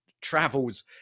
travels